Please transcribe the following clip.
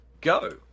go